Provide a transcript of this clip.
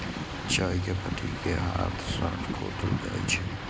चाय के पत्ती कें हाथ सं खोंटल जाइ छै